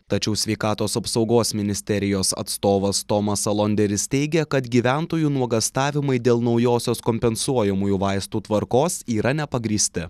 tačiau sveikatos apsaugos ministerijos atstovas tomas alonderis teigia kad gyventojų nuogąstavimai dėl naujosios kompensuojamųjų vaistų tvarkos yra nepagrįsti